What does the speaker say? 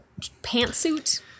pantsuit